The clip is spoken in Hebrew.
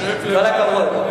הכבוד.